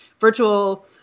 virtual